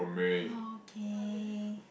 okay